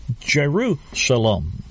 Jerusalem